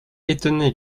étonnés